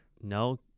No